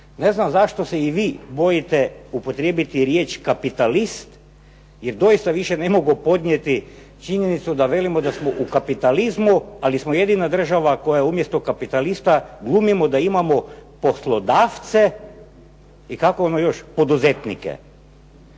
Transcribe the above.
Ne znam zašto se i vi bojite upotrijebiti riječ kapitalist, jer dosita više ne mogu podnijeti činjenicu da velimo da smo u kapitalizmu, ali smo jedina država koja umjesto kapitalista glumimo da imamo poslodavce i kako ono još poduzetnike.